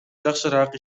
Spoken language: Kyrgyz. жакшыраак